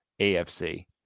AFC